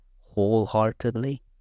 wholeheartedly